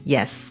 Yes